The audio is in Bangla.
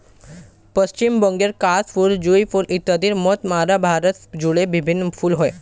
পশ্চিমবঙ্গের কাশ ফুল, জুঁই ফুল ইত্যাদির মত সারা ভারত জুড়ে বিভিন্ন ফুল হয়